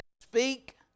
speak